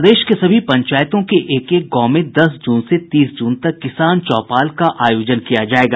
प्रदेश के सभी पंचायतों के एक एक गांव में दस जून से तीस जून तक किसान चौपाल का आयोजन किया जायेगा